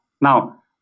Now